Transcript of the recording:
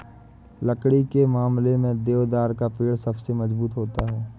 लकड़ी के मामले में देवदार का पेड़ सबसे मज़बूत होता है